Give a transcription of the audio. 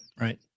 right